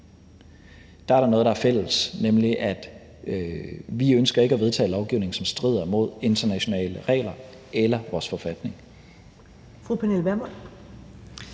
er der noget, der er fælles, nemlig at vi ikke ønsker at vedtage lovgivning, som strider imod internationale regler eller vores forfatning.